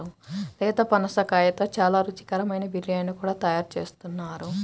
లేత పనసకాయతో చాలా రుచికరమైన బిర్యానీ కూడా తయారు చేస్తున్నారు